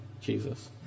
Jesus